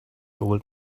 old